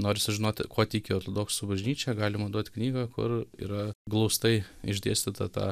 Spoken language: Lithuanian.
nori sužinoti kuo tiki ortodoksų bažnyčia galima duoti knygą kur yra glaustai išdėstyta ta